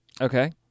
Okay